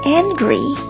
angry